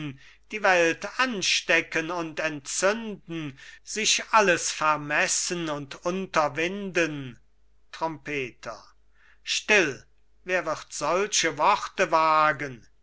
die welt anstecken und entzünden sich alles vermessen und unterwinden trompeter still wer wird solche worte wagen